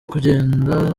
kugenda